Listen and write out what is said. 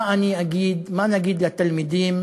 מה אני אגיד, מה נגיד לתלמידים,